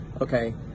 Okay